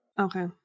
Okay